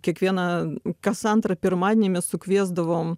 kiekvieną kas antrą pirmadienį mes sukviesdavom